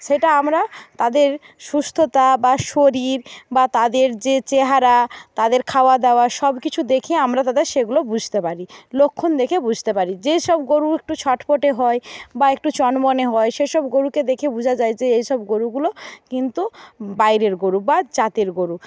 সেটা আমরা তাদের সুস্থতা বা শরীর বা তাদের যে চেহারা তাদের খাওয়া দাওয়া সব কিছু দেখে আমরা তাদের সেগুলো বুঝতে পারি লক্ষণ দেখে বুঝতে পারি যেসব গরু একটু ছটপটে হয় বা একটু চনমনে হয় সেসব গরুকে দেখে বুঝা যায় যে এসব গরুগুলো কিন্তু বাইরের গরু বা জাতের গরু